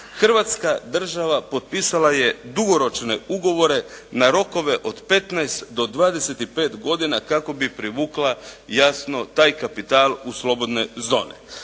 Hrvatska država potpisala je dugoročne ugovore na rokove od 15 do 25 godina kako bi privukla jasno taj kapital u slobodne zone.